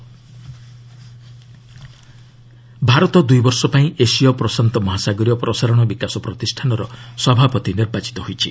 India AIBD Bharat ଦୂଇ ବର୍ଷ ପାଇଁ ଏସୀୟ ପ୍ରଶାନ୍ତ ମହାସାଗରୀୟ ପ୍ରସାରଣ ବିକାଶ ପ୍ରତିଷ୍ଠାନର ସଭାପତି ନିର୍ବାଚିତ ହୋଇଛି